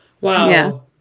Wow